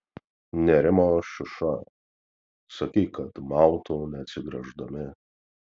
nerimo šiuša sakyk kad mautų neatsigręždami